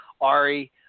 Ari